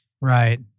Right